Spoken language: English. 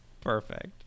Perfect